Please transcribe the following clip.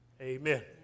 Amen